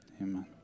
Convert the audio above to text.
Amen